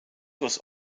was